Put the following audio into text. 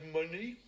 money